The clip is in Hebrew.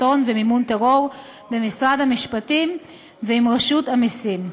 הון ומימון טרור במשרד המשפטים ועם רשות המסים.